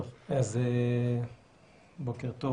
טוב, אז בוקר טוב